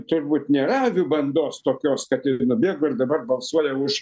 turbūt nėra avių bandos tokios kad ir nubėgo ir dabar balsuoja už